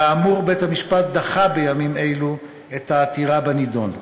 כאמור, בית-המשפט דחה בימים אלו את העתירה בנדון.